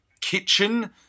kitchen